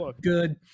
good